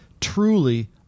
truly